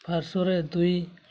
ପାର୍ଶ୍ୱରେ ଦୁଇ